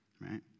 right